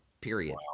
period